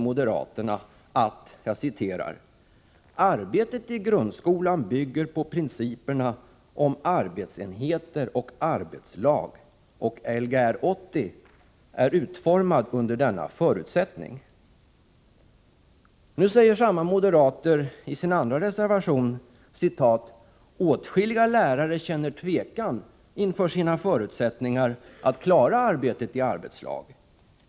moderaterna, att ”arbetet i grundskolan bygger på principerna om arbetsenheter och arbetslag och Lgr 80 är utformad under denna förutsättning”. Nu säger samma moderater i sin andra reservation: ”Åtskilliga lärare känner tvekan inför sina förutsättningar att klara arbete i arbetslag.